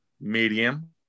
medium